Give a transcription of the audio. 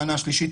מנה שלישית,